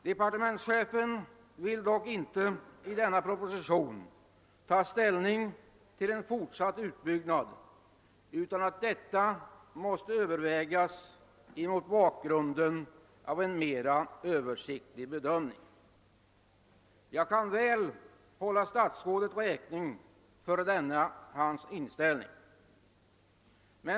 Departementschefen vill dock inte i denna proposition ta ställning till en fortsatt utbyggnad utan framhåller att denna fråga måste övervägas mot bakgrunden av en mera Översiktlig bedömning. Jag kan väl hålla statsrådet räkning för denna hans inställning.